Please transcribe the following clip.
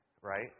right